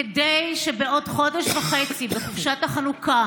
כדי שבעוד חודש וחצי בחופשת החנוכה